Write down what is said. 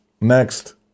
next